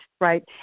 right